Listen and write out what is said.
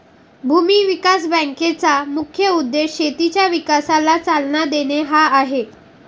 भूमी विकास बँकेचा मुख्य उद्देश शेतीच्या विकासाला चालना देणे हा आहे